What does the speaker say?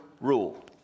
rule